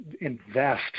invest